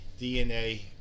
DNA